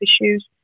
issues